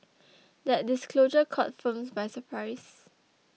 that disclosure caught firms by surprise